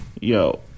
Yo